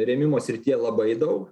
rėmimo srityje labai daug